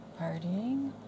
partying